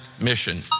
mission